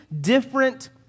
different